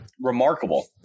remarkable